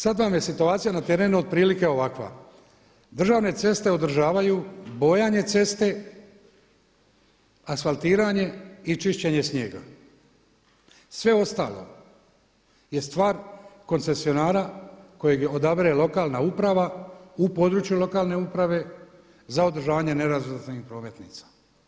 Sada vam je situacija na terenu otprilike ovakva, državne ceste održavaju bojanje ceste, asfaltiranje i čišćenje snijega, sve ostalo je stvar koncesionara kojeg odabere lokalna uprava u području lokalne uprave za održavanje nerazvrstanih prometnica.